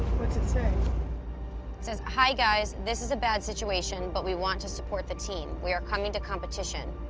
what's it say? it says, hi, guys. this is a bad situation, but we want to support the team. we are coming to competition.